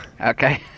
Okay